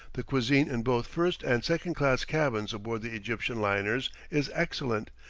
the cuisine in both first and second-class cabins aboard the egyptian liners is excellent,